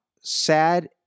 sad